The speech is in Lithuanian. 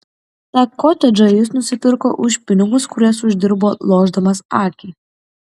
tą kotedžą jis nusipirko už pinigus kuriuos uždirbo lošdamas akį